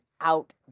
out